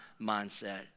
mindset